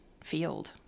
field